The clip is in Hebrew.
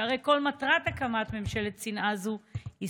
שהרי כל מטרת הקמת ממשלת שנאה זו היא